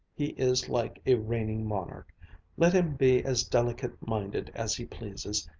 he is like a reigning monarch let him be as delicate-minded as he pleases,